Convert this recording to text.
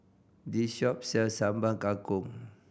this shop sells Sambal Kangkong